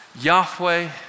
Yahweh